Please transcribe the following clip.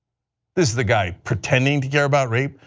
this is the guy pretending to care about rape?